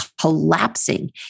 collapsing